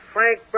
Frank